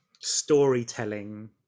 storytelling